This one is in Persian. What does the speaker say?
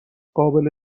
قابل